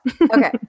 Okay